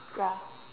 yeah